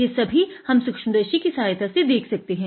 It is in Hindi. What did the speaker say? ये सभी हम सूक्ष्मदर्शी की सहायता से देख सकते हैं